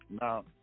Now